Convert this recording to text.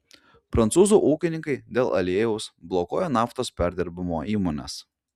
prancūzų ūkininkai dėl aliejaus blokuoja naftos perdirbimo įmones